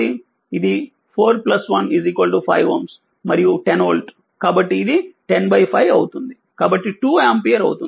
ఇది4ప్లస్1 5Ω మరియు10వోల్ట్కాబట్టిఇది105 అవుతుంది కాబట్టి 2ఆంపియర్ అవుతుంది